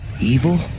evil